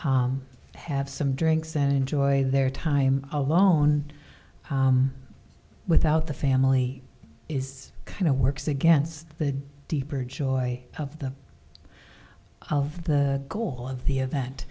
have some drinks and enjoy their time alone without the family is kind of works against the deeper joy of the of the goal of the event